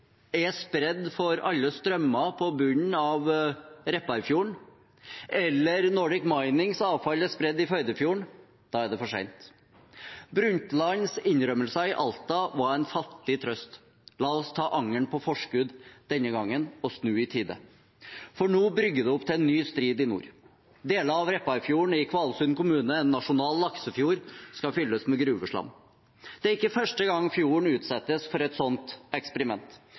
er spredt for alle strømmer på bunnen av Repparfjorden, eller når Nordic Minings avfall er spredt i Førdefjorden, er det for sent. Harlem Brundtlands innrømmelser i Alta var en fattig trøst. La oss ta angeren på forskudd denne gangen og snu i tide. For nå brygger det opp til en ny strid i nord. Deler av Repparfjorden i Kvalsund kommune, en nasjonal laksefjord, skal fylles med gruveslam. Det er ikke første gang fjorden utsettes for et sånt eksperiment.